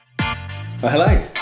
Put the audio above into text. hello